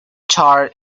char